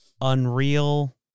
Unreal